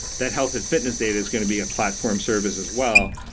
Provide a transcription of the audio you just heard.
that health and fitness data is going to be a platform service as well.